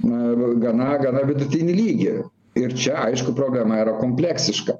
na gana gana vidutinį lygį ir čia aišku problema yra kompleksiška